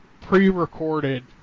pre-recorded